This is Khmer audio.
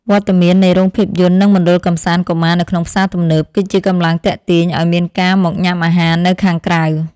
វត្តមាននៃរោងភាពយន្តនិងមណ្ឌលកម្សាន្តកុមារនៅក្នុងផ្សារទំនើប គឺជាកម្លាំងទាក់ទាញឱ្យមានការមកញ៉ាំអាហារនៅខាងក្រៅ។